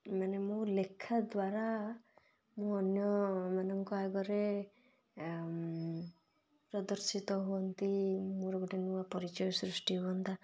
ମାନେ ମୁଁ ଲେଖା ଦ୍ୱାରା ମୁଁ ଅନ୍ୟମାନଙ୍କ ଆଗରେ ପ୍ରଦର୍ଶିତ ହୁଅନ୍ତି ମୋର ଗୋଟେ ନୂଆ ପରିଚୟ ସୃଷ୍ଟି ହୁଅନ୍ତା